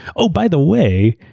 ah by the way,